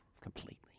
completely